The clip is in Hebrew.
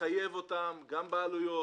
לחייב אותם גם בעלויות,